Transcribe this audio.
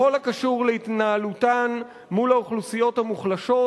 בכל הקשור להתנהלותן מול האוכלוסיות המוחלשות